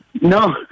No